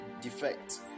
defect